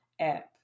app